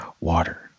water